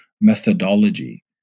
methodology